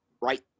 right